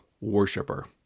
worshiper